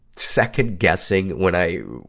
second-guessing when i,